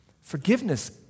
Forgiveness